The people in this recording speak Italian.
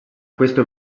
questo